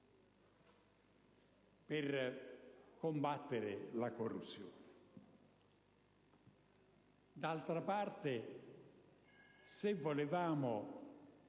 per combattere la corruzione. D'altra parte, se si